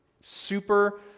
super-